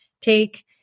take